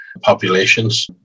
populations